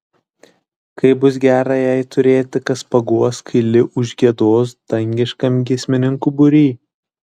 kaip bus gera jai turėti kas paguos kai li užgiedos dangiškam giesmininkų būry